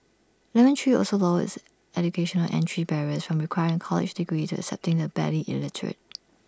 lemon tree also lowered its educational entry barriers from requiring A college degree to accepting the barely literate